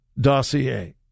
dossier